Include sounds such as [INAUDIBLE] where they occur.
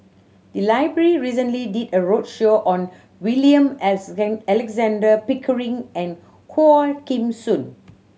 the library recently did a roadshow on William [UNINTELLIGIBLE] Alexander Pickering and Quah Kim Song